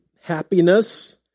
happiness